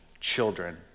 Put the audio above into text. children